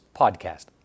Podcast